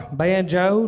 banjo